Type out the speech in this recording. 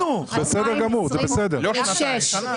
אנחנו --- יש לך שמונה חודשים.